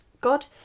God